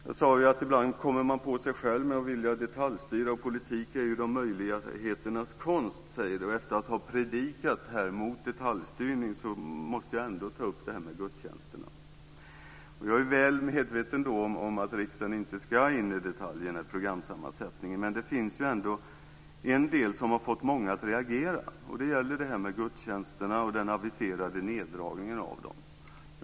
Jag sade att man ibland kommer på sig själv med att vilja detaljstyra, och politik är ju möjligheternas konst. Efter att ha predikat mot detaljstyrning måste jag ändå ta upp det här med gudstjänsterna. Jag är väl medveten om att riksdagen inte ska gå in i detaljerna i programsammansättningen, men det finns ändå en del som har fått många att reagera. Det gäller det här med gudstjänsterna och den aviserade neddragningen av dem.